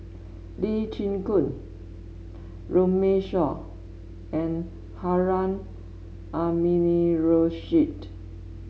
Lee Chin Koon Runme Shaw and Harun Aminurrashid